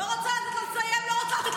בבקשה תני לו לסיים.